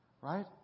Right